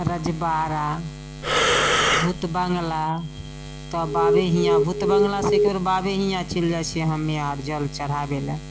रजबाड़ा भुतबङ्गला तब बाबे हीयाँ भुतबङ्गला से एके बेर बाबे हीयाँ चलि जाइ छियै हम्मे आर जल चढ़ाबे लए